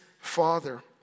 father